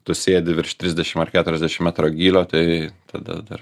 tu sėdi virš trisdešimt ar keturiasdešimt metrų gylio tai tada dar